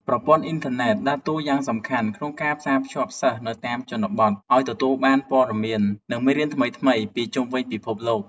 ប្រព័ន្ធអ៊ីនធឺណិតដើរតួនាទីយ៉ាងសំខាន់ក្នុងការផ្សារភ្ជាប់សិស្សនៅតាមជនបទឱ្យទទួលបានព័ត៌មាន និងមេរៀនថ្មីៗពីជុំវិញពិភពលោក។